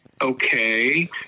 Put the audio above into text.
Okay